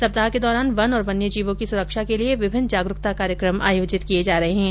सप्ताह के दौरान वन और वन्य जीवों की सुरक्षा के लिये विभिन्न जागरूकता कार्यक्रम आयोजित किये जा रहे है